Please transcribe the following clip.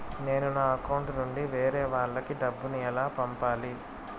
నేను నా అకౌంట్ నుండి వేరే వాళ్ళకి డబ్బును ఎలా పంపాలి?